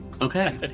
Okay